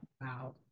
wow